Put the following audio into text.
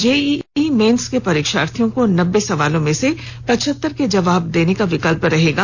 JEE Main के परीक्षार्थियों को नब्बे सवालों में से पचहतर के जवाब देने का विकल्प रहेगा